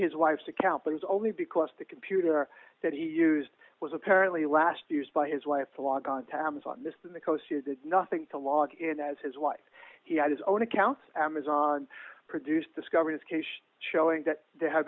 his wife's account but is only because the computer that he used was apparently last used by his wife to log on tabs on this in the coast nothing to log in as his wife he had his own account amazon produce discover his cage showing that they have